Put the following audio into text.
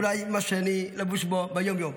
אולי מה שאני לבוש בו ביום-יום.